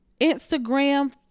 Instagram